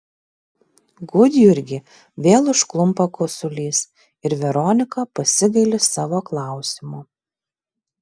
gudjurgį vėl užklumpa kosulys ir veronika pasigaili savo klausimo